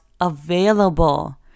available